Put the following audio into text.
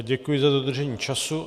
Děkuji za dodržení času.